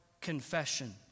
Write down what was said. confession